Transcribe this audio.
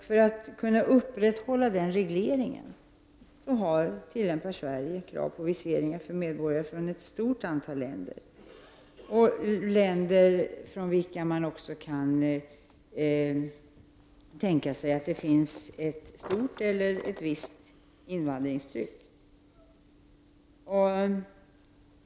För att kunna upprätthålla den regleringen tillämpar Sverige krav på visering för medborgare från ett stort antal länder, länder från vilka man också kan tänka sig att det finns ett stort eller åtminstone ett visst invandringstryck.